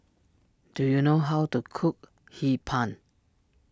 do you know how to cook Hee Pan